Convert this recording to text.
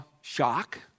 shock